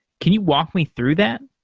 can you walk me through that?